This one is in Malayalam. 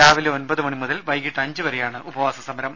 രാവിലെ ഒൻപത് മണി മുതൽ വൈകിട്ട് അഞ്ച് വരെയാണ് ഉപവാസ സമരം